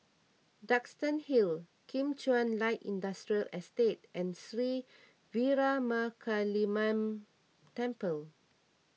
Duxton Hill Kim Chuan Light Industrial Estate and Sri Veeramakaliamman Temple